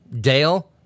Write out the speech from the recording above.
Dale